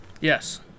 Yes